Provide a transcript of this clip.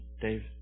Dave